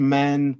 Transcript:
men